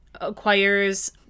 acquires